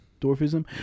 Dwarfism